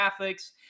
graphics